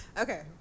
Okay